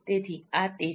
તેથી આ તે છે